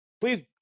Please